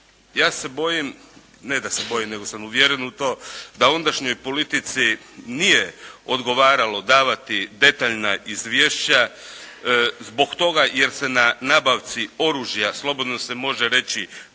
ja se bojim, ne da se bojim nego sam uvjeren u to, da ondašnjoj politici nije odgovaralo davati detaljna izvješća zbog toga jer se na nabavci oružja, slobodno se može reći